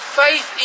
faith